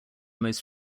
most